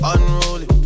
Unruly